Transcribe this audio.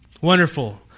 Wonderful